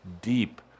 deep